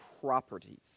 properties